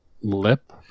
lip